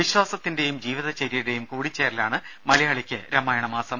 വിശ്വാസത്തിന്റയും ജീവിതചര്യയുടെയും കൂടിചേരലാണ് മലയാളിക്ക് രാമായണമാസം